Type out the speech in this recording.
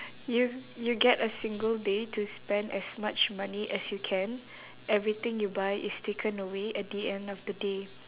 you you get a single day to spend as much money as you can everything you buy is taken away at the end of the day